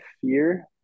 fear